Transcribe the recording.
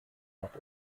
nach